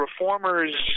reformers